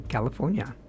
California